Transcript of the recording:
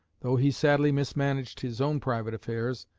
though he sadly mismanaged his own private affairs,